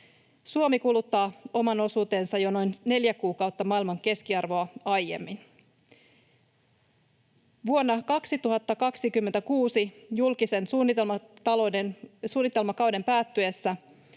Suomi kuluttaa oman osuutensa jo noin neljä kuukautta maailman keskiarvoa aiemmin. Vuonna 2026 julkisen talouden suunnitelmakauden päättyessä